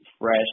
fresh